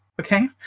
okay